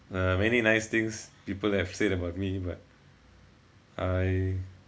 uh many nice things people have said about me but I